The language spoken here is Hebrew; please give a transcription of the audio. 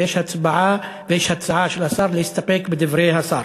ויש הצעה של השר להסתפק בדברי השר.